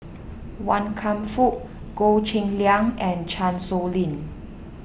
Wan Kam Fook Goh Cheng Liang and Chan Sow Lin